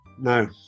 No